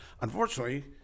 Unfortunately